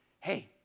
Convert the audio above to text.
hey